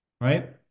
Right